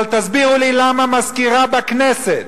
אבל תסבירו לי למה מזכירה בכנסת,